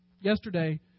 Yesterday